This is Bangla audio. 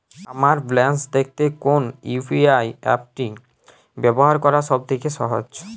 আমার ব্যালান্স দেখতে কোন ইউ.পি.আই অ্যাপটি ব্যবহার করা সব থেকে সহজ?